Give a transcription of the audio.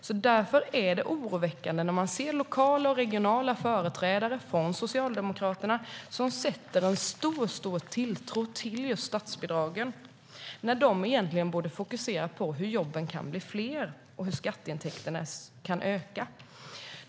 Det är därför oroväckande när man ser lokala och regionala företrädare för Socialdemokraterna som sätter en stor tilltro till just statsbidragen, när de egentligen borde fokusera på hur jobben kan bli fler och hur skatteintäkterna kan öka.